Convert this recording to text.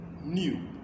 new